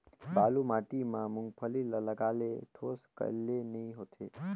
बालू माटी मा मुंगफली ला लगाले ठोस काले नइ होथे?